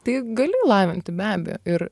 tai gali lavinti be abejo ir